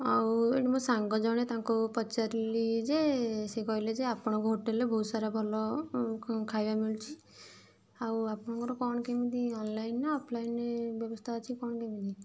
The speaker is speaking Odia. ଆଉ ଏଠି ମୋ ସାଙ୍ଗ ଜଣେ ତାଙ୍କୁ ପଚାରିଲି ଯେ ସେ କହିଲେ ଯେ ଆପଣଙ୍କ ହୋଟେଲ୍ରେ ବହୁତ ସାରା ଭଲ ଖାଇବା ମିଳୁଛି ଆଉ ଆପଣଙ୍କର କଣ କେମିତି ଅନ୍ଲାଇନ୍ ନା ଅଫ୍ଲାଇନ୍ ବ୍ୟବସ୍ଥା ଅଛି କଣ କେମିତି